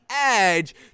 edge